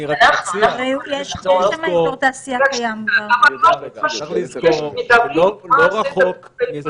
צריך לזכור שזה לא רחוק מאזור התעשייה ברקן.